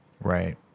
Right